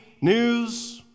news